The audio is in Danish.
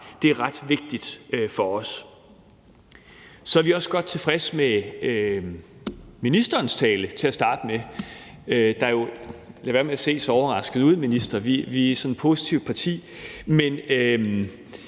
Det er ret vigtigt for os. Så er vi også godt tilfredse med ministerens tale til at starte med – og lad være med at se så overrasket ud, minister, vi er sådan et positivt parti.